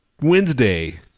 Wednesday